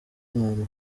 abantu